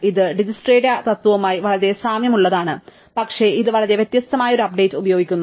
ഇത് ഡിജ്ക്സ്ട്രയുടെ തത്വവുമായി വളരെ സാമ്യമുള്ളതാണ് പക്ഷേ ഇത് വളരെ വ്യത്യസ്തമായ ഒരു അപ്ഡേറ്റ് ഉപയോഗിക്കുന്നു